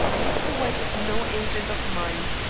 mr. white is no agent of mine,